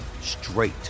straight